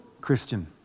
Christian